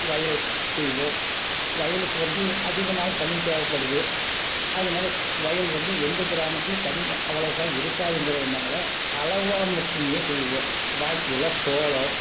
வயல் செய்வோம் வயலுக்கு வந்து அதிக நாள் தண்ணி தேவைப்படுது அதனால வயல் வந்து எங்கள் கிராமத்தில் தண்ணி அவ்வளோக்கா இருக்காதுங்கிறதனால அளவாக மட்டுமே செய்வோம் பாக்கி எல்லாம் சோளம்